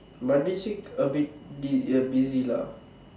but this week a bit di~ uh busy lah